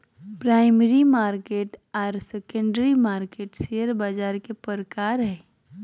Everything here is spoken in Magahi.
प्राइमरी मार्केट आर सेकेंडरी मार्केट शेयर बाज़ार के प्रकार हइ